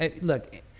look